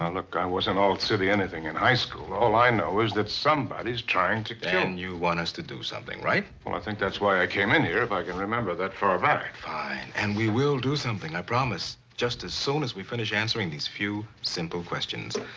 look, i wasn't all-city anything in high school, all i know is that somebody's trying to kill. and you want us to do something, right? well, i think that's why i came in here, if i can remember that far back. fine. and we will do something, i promise. just as soon as we finish answering these few simple questions.